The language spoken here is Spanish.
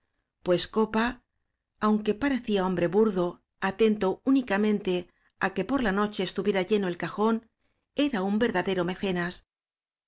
pues copa aunque parecía hombre burdo atento únicamente á que por la noche estuvie ra lleno el cajón era un verdadero mecenas